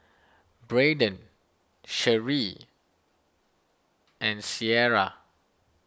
Braydon Sheri and Sierra